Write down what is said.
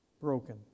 broken